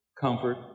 comfort